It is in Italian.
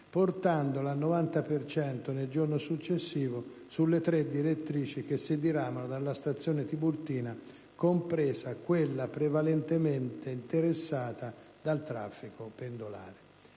portandola al 90 per cento nel giorno successivo sulle tre direttrici che si diramano dalla stazione Tiburtina, compresa quella prevalentemente interessata dal traffico pendolare.